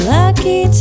lucky